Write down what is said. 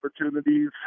opportunities